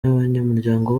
n’abanyamuryango